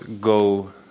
go